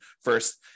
first